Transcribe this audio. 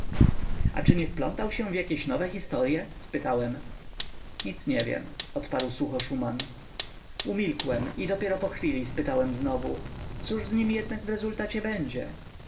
a czy nie wplątał się w jakie nowe historye spytałem nic nie wiem odparł sucho szuman umilkłem i dopiero po chwili spytałem znowu cóż z nim jednak w rezultacie będzie